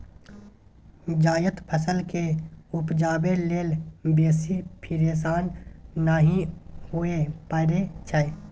जायद फसल केँ उपजाबै लेल बेसी फिरेशान नहि हुअए परै छै